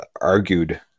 argued